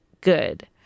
good